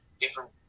different